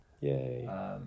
Yay